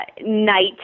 night